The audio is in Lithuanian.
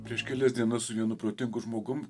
prieš kelias dienas su vienu protingu žmogum